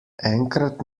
enkrat